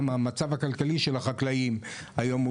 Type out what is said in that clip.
גם המצב הכלכלי של החקלאים היום הוא